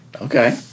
Okay